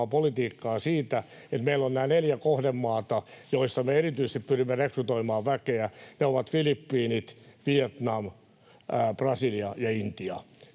politiikkaa siitä, että meillä on nämä neljä kohdemaata, joista me erityisesti pyrimme rekrytoimaan väkeä. Ne ovat Filippiinit, Vietnam, Brasilia ja Intia.